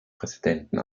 präsidenten